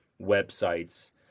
websites